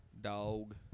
Dog